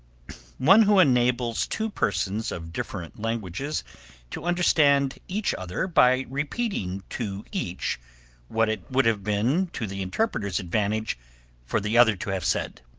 one who enables two persons of different languages to understand each other by repeating to each what it would have been to the interpreter's advantage for the other to have said.